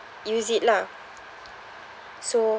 use it lah so